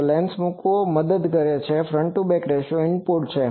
તો લેન્સ મૂકવો એ મદદ કરે છે કે front to back ratio input છે